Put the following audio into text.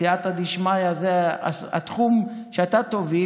סייעתא דשמיא זה התחום שאתה תוביל.